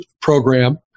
program